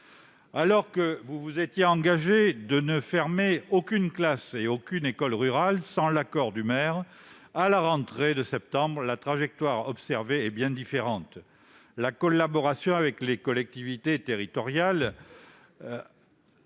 Alors qu'il s'était engagé à ne fermer aucune classe et aucune école rurale sans l'accord du maire à la rentrée de septembre dernier, la trajectoire observée est bien différente. La collaboration avec les collectivités territoriales